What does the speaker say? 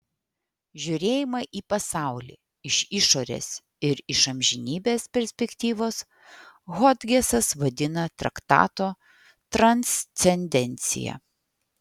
žiūrėjimą į pasaulį iš išorės ir iš amžinybės perspektyvos hodgesas vadina traktato transcendencija